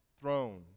throne